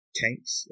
tanks